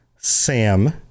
sam